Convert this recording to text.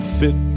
fit